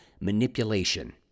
manipulation